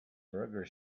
burger